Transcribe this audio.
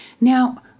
Now